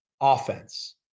offense